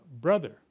brother